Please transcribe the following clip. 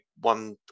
one